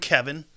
Kevin